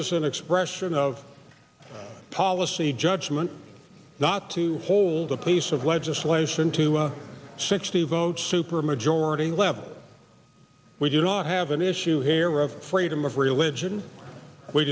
is an expression of policy judgment not to hold a piece of legislation to a sixty vote supermajority level we do not have an issue here of freedom of religion we